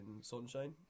sunshine